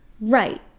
Right